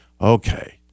okay